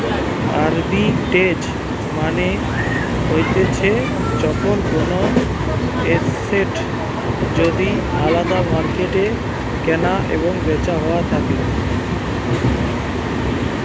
arbitrage মানে হতিছে যখন কোনো এসেট যদি আলদা মার্কেটে কেনা এবং বেচা হইয়া থাকে